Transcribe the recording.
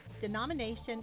denomination